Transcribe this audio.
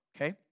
okay